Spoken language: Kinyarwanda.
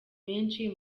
menshi